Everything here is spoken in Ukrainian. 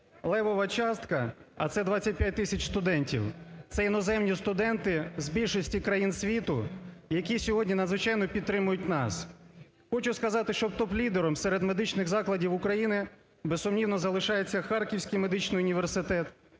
левова частка, а це 25 тисяч студентів – це іноземні студенти з більшості країн світу, які сьогодні надзвичайно підтримують нас. Хочу сказати, що топ-лідером серед медичних закладів України, безсумнівно, залишається Харківський медичний університет,